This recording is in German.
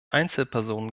einzelpersonen